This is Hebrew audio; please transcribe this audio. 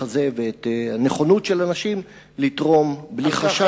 הזה ואת הנכונות של אנשים לתרום בלי חשש.